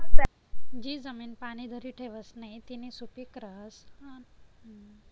जी जमीन पाणी धरी ठेवस नही तीनी सुपीक रहस नाही तीनामा आम्ल नाहीतर आल्क जास्त रहास